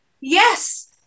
Yes